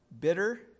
bitter